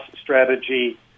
strategy